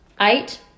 eight